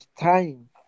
time